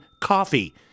coffee